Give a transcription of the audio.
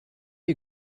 you